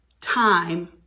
time